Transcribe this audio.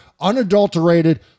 unadulterated